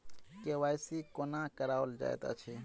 KYC कोना कराओल जाइत अछि?